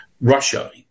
Russia